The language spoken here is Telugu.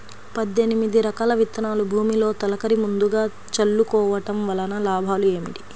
పద్దెనిమిది రకాల విత్తనాలు భూమిలో తొలకరి ముందుగా చల్లుకోవటం వలన లాభాలు ఏమిటి?